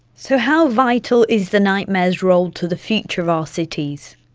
so how vital is the night mayor's role to the future of our cities?